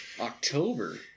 October